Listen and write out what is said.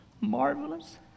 marvelous